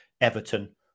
Everton